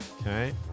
Okay